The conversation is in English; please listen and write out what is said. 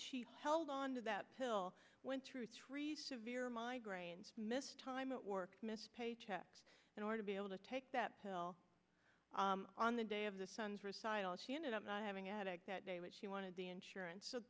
held on to that pill went through three severe migraines missed time at work missed paychecks in order to be able to take that pill on the day of the son's recitals she ended up having addict that day what she wanted the insurance